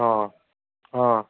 ꯑꯥ ꯑꯥ